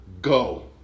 go